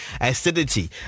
acidity